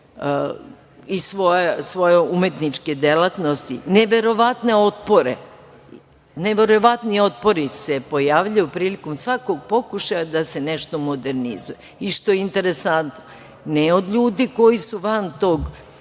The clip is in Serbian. iz svoje umetničke delatnosti, neverovatni otpori se pojavljuju prilikom svakog pokušaja da se nešto modernizuje. Što je interesantno, ne od ljudi koji su van tog